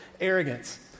arrogance